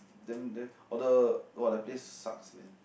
then then or the !wah! that place sucks man